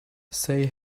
say